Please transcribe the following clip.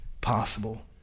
possible